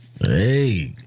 Hey